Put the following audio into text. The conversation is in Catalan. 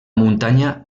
muntanya